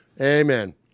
Amen